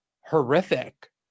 horrific